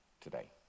today